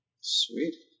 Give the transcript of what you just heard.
Sweet